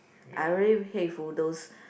I really 佩服 those